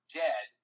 dead